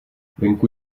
venku